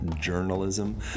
journalism